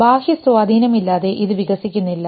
ബാഹ്യ സ്വാധീനമില്ലാതെ ഇത് വികസിക്കുന്നില്ല